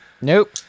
Nope